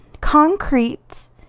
concrete